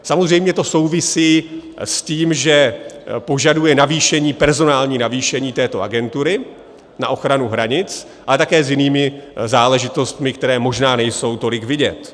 Samozřejmě to souvisí s tím, že požaduje navýšení, personální navýšení této agentury na ochranu hranic, ale také s jinými záležitostmi, které možná nejsou tolik vidět.